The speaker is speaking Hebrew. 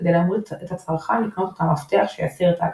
כדי להמריץ את הצרכן לקנות את ה"מפתח" שיסיר את ההגנה.